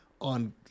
on